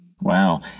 Wow